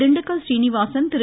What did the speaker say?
Dindigul Srinivasan Thiru